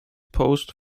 post